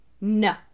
No